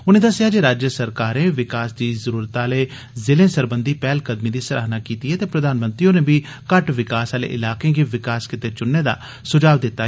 उनें दस्सेआ जे राज्य सरकारें विकास दी जरूरत आहले जिलें सरबंधी पैहलकदमी दी सराहना कीती ऐ ते प्रधानमंत्री होरें बी घट्ट विकास आह्ले इलाकें गी विकास गितै चुनने दा सुझाऽ दित्ता